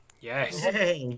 Yes